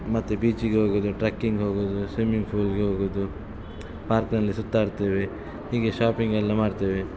ಮತ್ತು ಬೀಚಿಗೆ ಹೋಗೋದು ಟ್ರೆಕ್ಕಿಂಗ್ ಹೋಗೋದು ಸ್ವಿಮ್ಮಿಂಗ್ ಫೂಲ್ಗೆ ಹೋಗೋದು ಪಾರ್ಕ್ನಲ್ಲಿ ಸುತ್ತಾಡ್ತೀವಿ ಹೀಗೆ ಶಾಪಿಂಗೆಲ್ಲ ಮಾಡ್ತೀವಿ